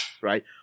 right